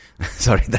Sorry